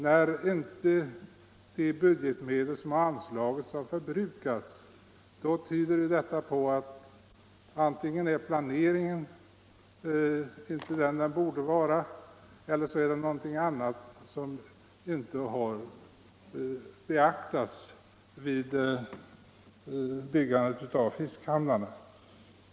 När inte de budgetmedel som har anslagits har förbrukats, tyder det på att antingen är planeringen inte vad den borde vara eller också är det någonting annat som inte har iakttagits vid byggandet av fiskehamnar.